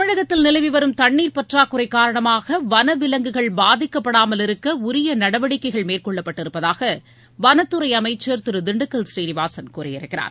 தமிழகத்தில் நிலவிவரும் தண்ணீர் பற்றாக்குறை காரணமாக வனவிலங்குகள் பாதிக்கப்படாமல் இருக்க உரிய நடவடிக்கைகள் மேற்கொள்ளப்பட்டிருப்பதாக வனத்துறை அமைச்சள் திரு திண்டுக்கல் சீனிவாசன் கூறியிருக்கிறார்